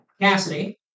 Cassidy